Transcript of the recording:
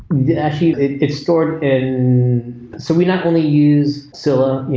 yeah actually it's stored in so we not only use scylla.